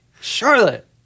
charlotte